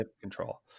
control